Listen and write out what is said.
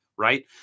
Right